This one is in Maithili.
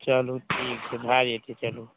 चलू ठीक छै भए जेतै चलू